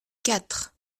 quatre